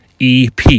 EP